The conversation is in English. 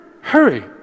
hurry